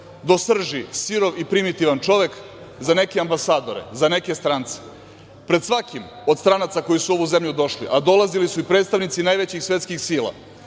do srži sirov i primitivan čovek za neke ambasadore, za neke strance. Pred svakim od stranaca koji su u ovu zemlju došli, a dolazili su i predstavnici najvećih svetskih sila,